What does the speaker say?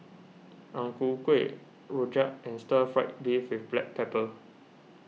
Ang Ku Kueh Rojak and Stir Fried Beef with Black Pepper